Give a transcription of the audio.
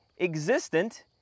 existent